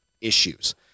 issues